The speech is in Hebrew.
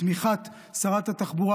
בתמיכת שרת התחבורה,